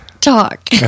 talk